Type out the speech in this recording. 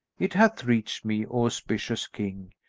it hath reached me, o auspicious king,